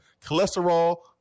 cholesterol